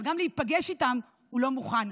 אבל גם להיפגש איתם הוא לא מוכן.